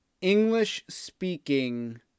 English-speaking